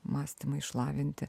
mąstymą išlavinti